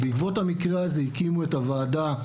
בעקבות המקרה הזה הקימו את הוועדה,